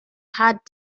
hard